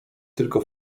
tylko